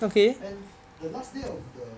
and the last day of the